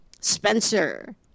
Spencer